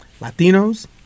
latinos